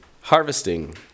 harvesting